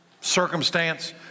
circumstance